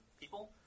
people